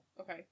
Okay